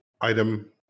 item